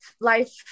life